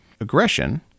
Aggression